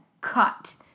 cut